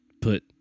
put